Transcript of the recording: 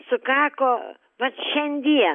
sukako vat šiandien